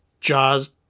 Jaws